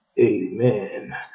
amen